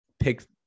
pick